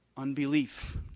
Unbelief